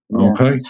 Okay